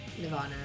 Nirvana